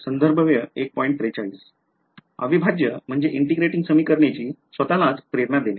अविभाज्य समीकरणे स्वत लाच प्रेरणा देणे